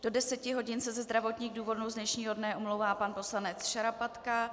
Do 10 hodin se ze zdravotních důvodů z dnešního dne omlouvá pan poslanec Šarapatka.